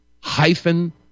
hyphen